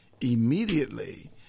immediately